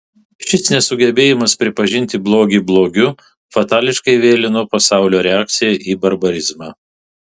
šis nesugebėjimas pripažinti blogį blogiu fatališkai vėlino pasaulio reakciją į barbarizmą